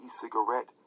cigarette